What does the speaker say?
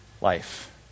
life